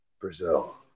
Brazil